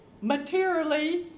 materially